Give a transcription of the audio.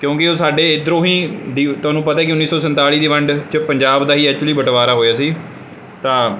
ਕਿਉਂਕਿ ਉਹ ਸਾਡੇ ਇਧਰੋਂ ਹੀ ਡੀ ਤੁਹਾਨੂੰ ਪਤਾ ਹੀ ਹੈ ਕਿ ਉੱਨੀ ਸੌ ਸੰਤਾਲੀ ਦੀ ਵੰਡ ਵਿੱਚ ਪੰਜਾਬ ਦਾ ਐਚੂਲੀ ਬਟਵਾਰਾ ਹੋਇਆ ਸੀ ਤਾਂ